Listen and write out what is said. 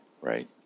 right